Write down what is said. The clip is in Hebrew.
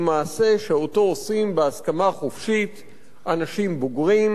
מעשה שאותו עושים בהסכמה חופשית אנשים בוגרים,